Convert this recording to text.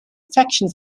affection